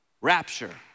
rapture